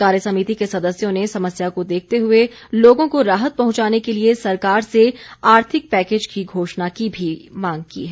कार्य समिति के सदस्यों ने समस्या को देखते हुए लोगों को राहत पहुंचाने के लिए सरकार से आर्थिक पैकेज की घोषणा की भी मांग की है